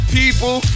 people